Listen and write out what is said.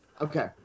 Okay